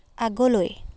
আগলৈ